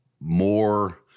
more